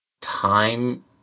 time